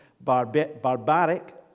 barbaric